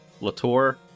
Latour